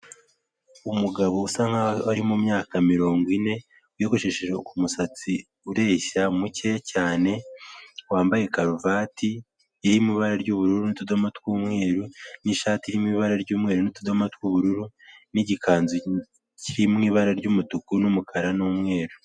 Umugabo usa nkaho ari mu myaka mirongo ine, wiyogoshesheje umusatsi ureshya mukeya cyane, wambaye karuvati iri mu ibara ry'ubururu n'utudomo tw'umweru, n'ishati irimo ibara ry'umweru n'utudomo tw'ubururu, n'igikanzu kiri mu ibara ry'umutuku n'umukara n'umweru.